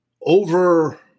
over